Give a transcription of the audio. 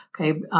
okay